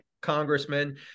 congressman